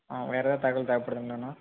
ஆ வேறு ஏதாவது தகவல் தேவைப்படுதுங்களாண்ணா